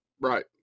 right